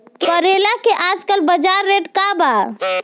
करेला के आजकल बजार रेट का बा?